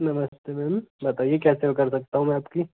नमस्ते मैम बताइये क्या सेवा कर सकता हूँ मैं आपकी